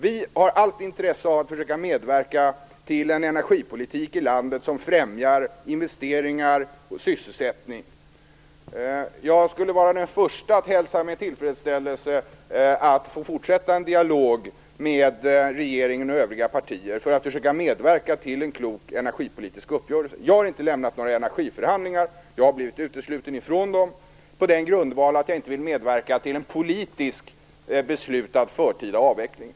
Vi har allt intresse av att försöka medverka till en energipolitik i landet som främjar investeringar och sysselsättning. Jag skulle vara den förste att hälsa med tillfredsställelse att få fortsätta en dialog med regeringen och övriga partier, för att försöka medverka till en klok energipolitisk uppgörelse. Jag har inte lämnat några energiförhandlingar. Jag har blivit utesluten från dem, på den grundvalen att jag inte vill medverka till en politiskt beslutad förtida avveckling.